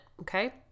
okay